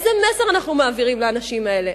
איזה מסר אנו מעבירים לאנשים האלה?